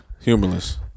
Humorless